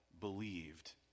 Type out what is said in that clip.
believed